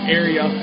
area